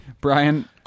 Brian